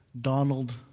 Donald